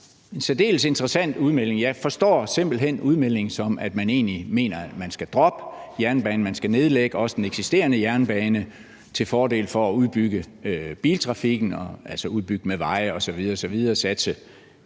en særdeles interessant udmelding. Jeg forstår simpelt hen udmeldingen, som om man egentlig mener, at man skal droppe jernbanen og nedlægge også den eksisterende jernbane til fordel for at udbygge biltrafikken med veje osv. osv. og satse